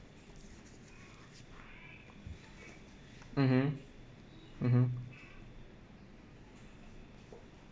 mmhmm mmhmm